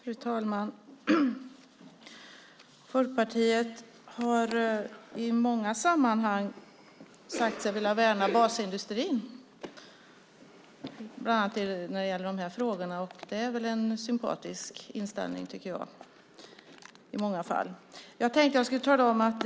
Fru talman! Folkpartiet har i många sammanhang sagt sig vilja värna basindustrin, och bland annat när det gäller de här frågorna. Det är väl en sympatisk inställning i många fall.